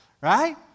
right